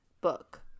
book